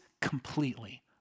completely